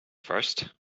first